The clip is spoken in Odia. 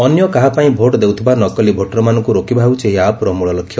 ଅନ୍ୟକାହା ପାଇଁ ଭୋଟ ଦେଉଥିବା ନକଲି ଭୋଟରମାନଙ୍କୁ ରୋକିବା ହେଉଛି ଏହି ଆପ୍ର ମୂଳ ଲକ୍ଷ୍ୟ